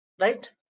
Right